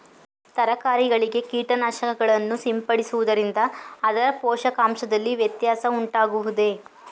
ತರಕಾರಿಗಳಿಗೆ ಕೀಟನಾಶಕಗಳನ್ನು ಸಿಂಪಡಿಸುವುದರಿಂದ ಅದರ ಪೋಷಕಾಂಶದಲ್ಲಿ ವ್ಯತ್ಯಾಸ ಉಂಟಾಗುವುದೇ?